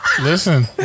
Listen